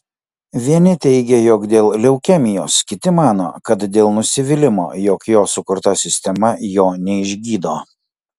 vieni teigia jog dėl leukemijos kiti mano kad dėl nusivylimo jog jo sukurta sistema jo neišgydo